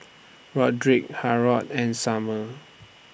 Rodrick Harrold and Summer